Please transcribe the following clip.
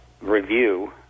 review